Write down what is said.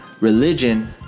religion